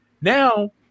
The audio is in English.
Now